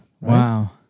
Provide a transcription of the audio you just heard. Wow